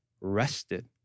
rested